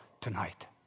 tonight